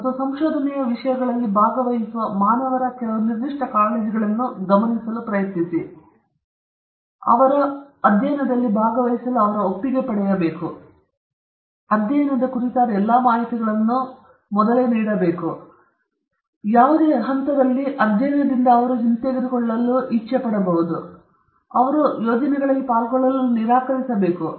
ಮತ್ತು ಸಂಶೋಧನೆಯ ವಿಷಯಗಳಂತೆ ಭಾಗವಹಿಸುವ ಮಾನವರ ಕೆಲವು ನಿರ್ದಿಷ್ಟ ಕಾಳಜಿಗಳನ್ನು ನೀವು ಗಮನಿಸಲು ಪ್ರಯತ್ನಿಸಿದಾಗ ಕೆಲವು ಪ್ರಮುಖ ತತ್ವಗಳು ಅಧ್ಯಯನದಲ್ಲಿ ಭಾಗವಹಿಸಲು ಒಪ್ಪಿಗೆ ಇದಕ್ಕಾಗಿ ನೀವು ಅಧ್ಯಯನದ ಕುರಿತಾದ ಎಲ್ಲಾ ಮಾಹಿತಿಗಳನ್ನು ಭಾಗವಹಿಸುವವರಿಗೆ ನೀಡಬೇಕಾದ ಯಾವುದೇ ಮಾಹಿತಿಯನ್ನು ನೀಡಬೇಕು ಅಧ್ಯಯನದ ಯಾವುದೇ ಹಂತದಲ್ಲಿ ಅಧ್ಯಯನದಿಂದ ಹಿಂತೆಗೆದುಕೊಳ್ಳಿ ಮತ್ತು ಸಂಶೋಧನಾ ಯೋಜನೆಗಳಲ್ಲಿ ಪಾಲ್ಗೊಳ್ಳಲು ನಿರಾಕರಿಸುತ್ತಾರೆ